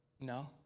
No